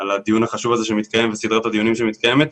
על החשיבות של הדיון הזה שמתקיים וסדרת הדיונים שמתקיימת.